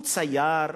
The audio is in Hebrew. הוא צייר,